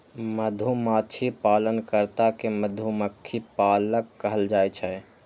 मधुमाछी पालन कर्ता कें मधुमक्खी पालक कहल जाइ छै